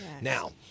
Now